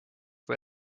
või